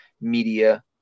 media